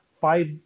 five